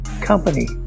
company